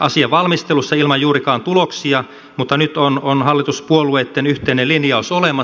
asian valmistelussa ilman juurikaan tuloksia mutta nyt on hallituspuolueitten yhteinen linjaus olemassa